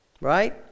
Right